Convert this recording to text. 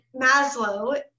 Maslow